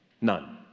none